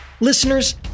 Listeners